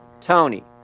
Tony